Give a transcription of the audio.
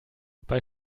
bei